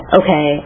okay